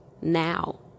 now